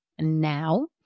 now